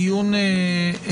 אנחנו בדיון שני